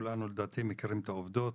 כולנו לדעתי מכירים את העוּבדות,